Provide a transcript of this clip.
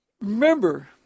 remember